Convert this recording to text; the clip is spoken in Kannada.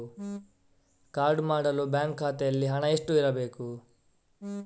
ಕಾರ್ಡು ಮಾಡಲು ಬ್ಯಾಂಕ್ ಖಾತೆಯಲ್ಲಿ ಹಣ ಎಷ್ಟು ಇರಬೇಕು?